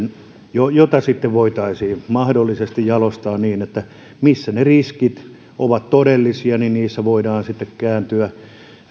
jota jota sitten voitaisiin mahdollisesti jalostaa niin että missä ne riskit ovat todellisia niissä voidaan sitten kääntyä sellaisen